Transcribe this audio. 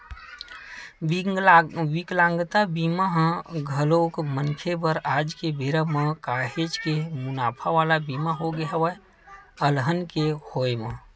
बिकलांगता बीमा ह घलोक मनखे बर आज के बेरा म काहेच के मुनाफा वाला बीमा होगे हवय अलहन के होय म